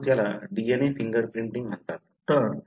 म्हणूनच याला DNA fingerprinting म्हणतात